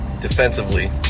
defensively